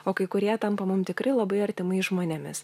o kai kurie tampa mum tikrai labai artimais žmonėmis